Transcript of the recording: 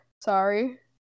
sorry